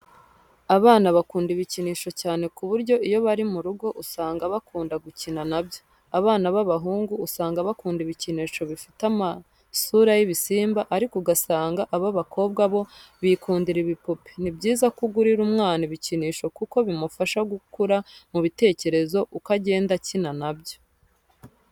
Abana bakunda ibikinisho cyane ku buryo iyo bari mu rugo usanga bakunda gukina na byo. Abana b'abahungu usanga bakunda ibikinisho bifite amasura y'ibisimba ariko ugasanga ab'abakobwa bo bikundira ibipupe. Ni byiza ko ugurira umwana ibikinisho kuko bimufasha gukura mu bitekerezo uko agenda akina na byo.